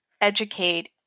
educate